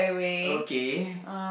okay